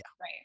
right